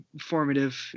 formative